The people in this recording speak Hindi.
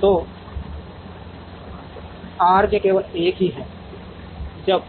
तो R j केवल 1 ही है जब